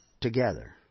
together